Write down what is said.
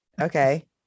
Okay